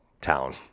town